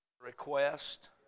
request